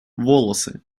волосы